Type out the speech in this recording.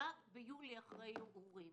או ביולי אחרי ערעורים.